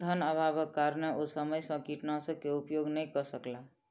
धनअभावक कारणेँ ओ समय सॅ कीटनाशक के उपयोग नै कअ सकला